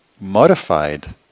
modified